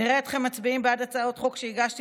נראה אתכם מצביעים בעד הצעות חוק שהגשתי